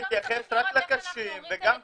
צריך להתייחס רק לקשים וגם קשים,